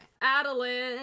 Adeline